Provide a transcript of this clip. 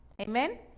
Amen